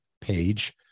page